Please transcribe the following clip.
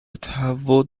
تهوع